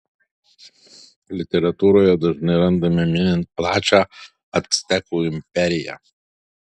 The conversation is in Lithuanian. literatūroje dažnai randame minint plačią actekų imperiją